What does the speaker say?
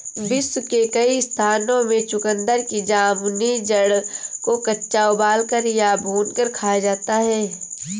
विश्व के कई स्थानों में चुकंदर की जामुनी जड़ को कच्चा उबालकर या भूनकर खाया जाता है